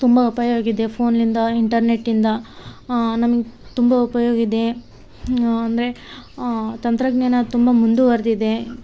ತುಂಬ ಉಪಯೋಗ ಇದೆ ಫೋನ್ಲಿಂದ ಇಂಟರ್ನೆಟ್ಯಿಂದ ನಮಗ್ ತುಂಬ ಉಪಯೋಗ ಇದೆ ಅಂದರೆ ತಂತ್ರಜ್ಞಾನ ತುಂಬ ಮುಂದುವರೆದಿದೆ